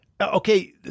okay